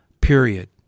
period